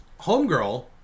homegirl